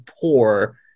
poor